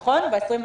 ב-21.